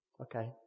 Okay